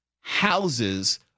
houses